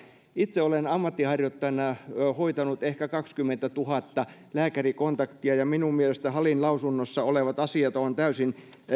itse olen ammatinharjoittajana hoitanut ehkä kaksikymmentätuhatta lääkärikontaktia ja minun mielestäni halin lausunnossa olevat asiat ovat täysin